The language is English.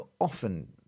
often